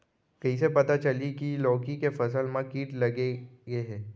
कइसे पता चलही की लौकी के फसल मा किट लग गे हे?